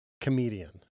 comedian